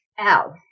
Ow